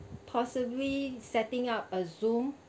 possibly setting up a zoom